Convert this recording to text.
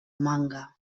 manga